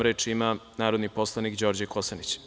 Reč ima narodni poslanik Đorđe Kosanić.